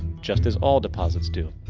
just as all deposits do.